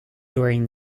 during